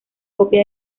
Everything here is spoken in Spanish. copia